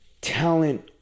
talent